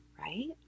right